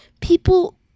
people